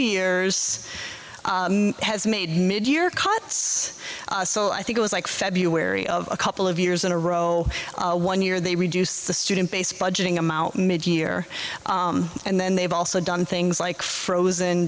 years has made mid year cuts so i think it was like february of a couple of years in a row one year they reduce the student base budgeting amount mid year and then they've also done things like frozen